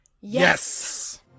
Yes